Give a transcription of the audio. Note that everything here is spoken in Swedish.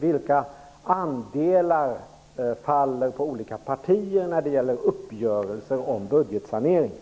Vilka andelar faller på olika partier när det gäller uppgörelser om budgetsaneringen?